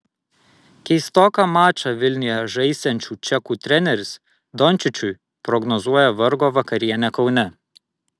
keistoką mačą vilniuje žaisiančių čekų treneris dončičiui prognozuoja vargo vakarienę kaune